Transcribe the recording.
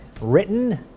written